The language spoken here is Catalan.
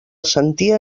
sentia